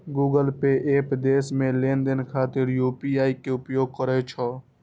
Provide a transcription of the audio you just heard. Google pay app देश मे लेनदेन खातिर यू.पी.आई के उपयोग करै छै